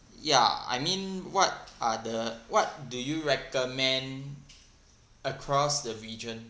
ya I mean what are the what do you recommend across the region